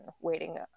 waiting